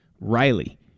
Riley